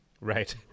right